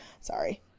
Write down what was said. sorry